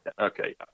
Okay